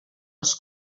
els